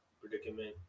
predicament